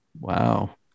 Wow